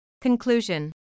Conclusion